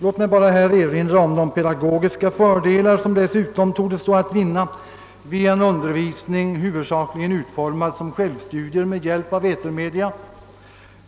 Låt mig bara erinra om de pedagogiska fördelar som dessutom bör kunna vinnas vid en undervisning som huvudsakligen utformas som självstudier med hjälp av etermedia